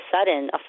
sudden